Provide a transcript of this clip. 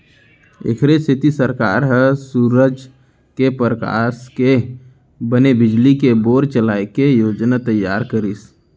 एखरे सेती सरकार ह सूरूज के परकास के बने बिजली ले बोर चलाए के योजना तइयार करिस